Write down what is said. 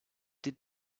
did